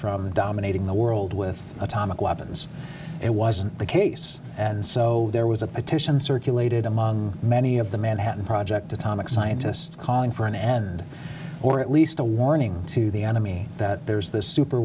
from dominating the world with atomic weapons it wasn't the case and so there was a petition circulated among many of the manhattan project atomic scientists calling for an end or at least a warning to the enemy that there was this super